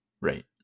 right